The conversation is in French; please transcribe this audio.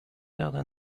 perdre